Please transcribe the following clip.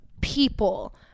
people